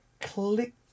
Click